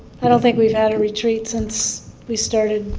i don't think we've added retreats since we started